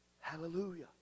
Hallelujah